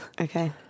Okay